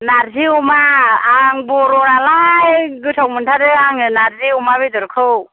नार्जि अमा आं बर' नालाय गोथाव मोन्थारो आङो नार्जि अमा बेदरखौ